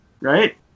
Right